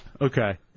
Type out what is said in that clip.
Okay